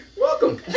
Welcome